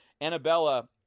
Annabella